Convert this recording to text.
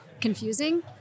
confusing